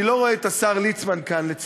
אני לא רואה את השר ליצמן כאן, לצערי.